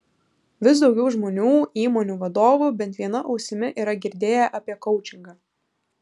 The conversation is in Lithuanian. vis daugiau žmonių įmonių vadovų bent viena ausimi yra girdėję apie koučingą